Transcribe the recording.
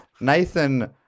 Nathan